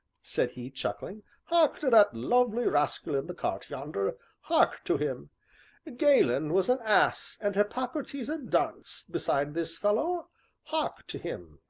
said he, chuckling, hark to that lovely rascal in the cart, yonder hark to him galen was an ass and hippocrates a dunce beside this fellow hark to him.